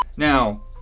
Now